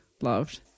loved